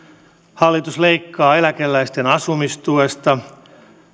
hallitus leikkaa eläkeläisten asumistuesta